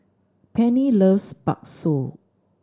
Pennie loves Bakso